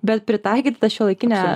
bet pritaikyt tą šiuolaikinę